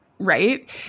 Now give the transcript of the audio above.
Right